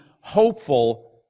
hopeful